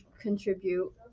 contribute